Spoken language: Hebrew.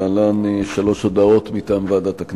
להלן שלוש הודעות מטעם ועדת הכנסת.